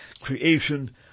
creation